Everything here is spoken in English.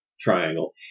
triangle